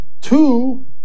Two